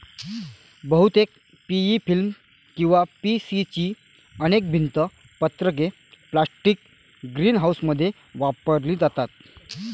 बहुतेक PE film किंवा PC ची अनेक भिंत पत्रके प्लास्टिक ग्रीनहाऊसमध्ये वापरली जातात